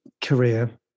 career